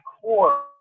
core